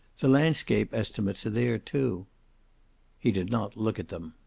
the landscape estimates are there, too. he did not look at them.